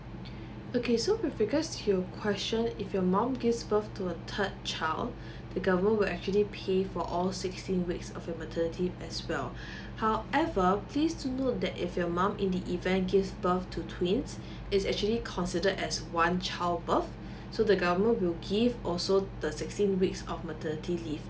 okay so with regards to your question if your mom gives birth to a third child the government will actually pay for all sixteen weeks of her maternity as well however please do note that if your mom in the event gives birth to twins is actually considered as one child birth so the government will give also the sixteen weeks of maternity leaves